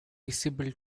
visible